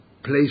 place